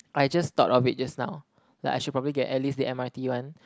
I just thought of it just now like I should probably get at least the M_R_T one